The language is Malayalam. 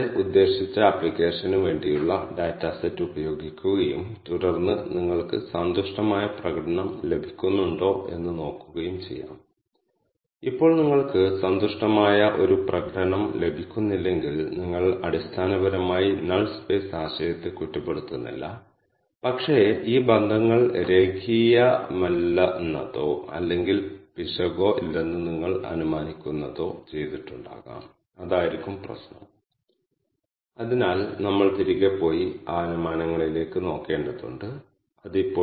ഉദാഹരണത്തിന് ഇവിടെ നോക്കുക അതായത് ആദ്യ വരി ക്ലസ്റ്റർ 2 ലും രണ്ടാമത്തെ ഘടകം ക്ലസ്റ്റർ 3 ന്റേതും മൊത്തം മാർഗങ്ങൾ ക്ലസ്റ്റർ 2 ന്റേതാണ് അങ്ങനെ ഓരോ വരിയും ഈ ക്ലസ്റ്ററുകളിലൊന്നായി തിരിച്ചറിയും